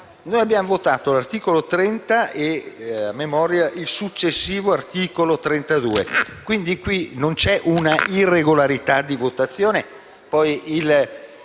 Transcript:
Noi abbiamo votato l'articolo 30 e - a memoria - il successivo articolo 32. In questo caso non c'è stata un'irregolarità di votazione;